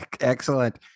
Excellent